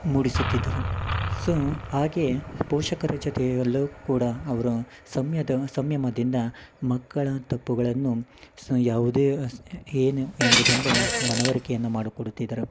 ಮೂಡಿಸುತ್ತಿದ್ದರು so ಹಾಗೇ ಪೋಷಕರ ಜೊತೆಯಲ್ಲೂ ಕೂಡ ಅವರು ಸಮ್ಯದ ಸಂಯಮದಿಂದ ಮಕ್ಕಳ ತಪ್ಪುಗಳನ್ನು ಸ ಯಾವುದೇ ಅಸ್ ಏನು ಎಂಬುದೆಂದು ಮನವರಿಕೆಯನ್ನ ಮಾಡುಕೊಡುತ್ತಿದ್ದರು